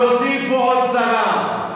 תוסיפו עוד צרה.